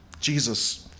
Jesus